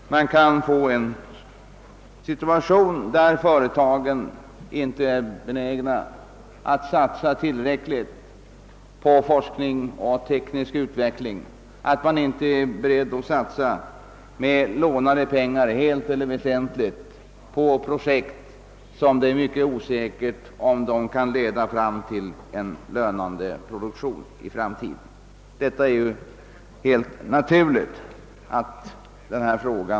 Då kan man få en situation där företagarna inte är benägna att satsa tillräckligt på forskning och teknisk utveckling. De är inte beredda att helt eller till stor del låna pengar till projekt för vilka det är osäkert huruvida produktionen i framtiden kan bli lönande.